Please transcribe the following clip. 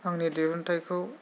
आंनि दिहुनथाइखौ